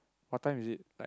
what time is it night